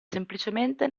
semplicemente